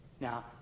Now